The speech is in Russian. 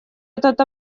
этот